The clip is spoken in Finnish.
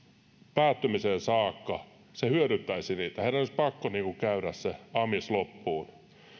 päättymiseen saakka hyödyttäisi heidän olisi pakko käydä se amis loppuun